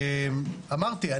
אמרתי,